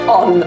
on